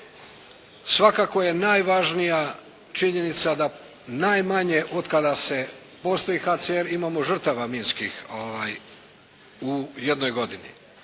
svakako je najvažnija činjenica da najmanje, otkada postoji HCR, imamo žrtava minskih u jednoj godini.